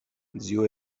zio